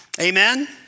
Amen